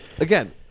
Again